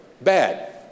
bad